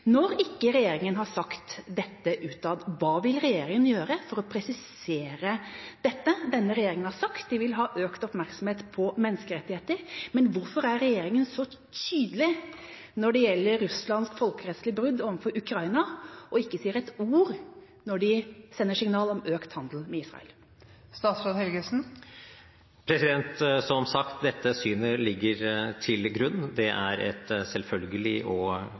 Når ikke regjeringa har sagt dette utad, hva vil regjeringa gjøre for å presisere dette? Denne regjeringa har sagt at de vil ha økt oppmerksomhet på menneskerettigheter, men hvorfor er regjeringa så tydelig når det gjelder Russlands folkerettslige brudd overfor Ukraina, og ikke sier ett ord når de sender signal om økt handel med Israel? Som sagt: Dette synet ligger til grunn. Det er et selvfølgelig og